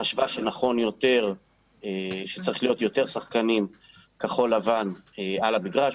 חשבה שנכון שצריך להיות יותר שחקנים כחול לבן על המגרש.